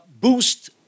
boost